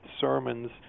sermons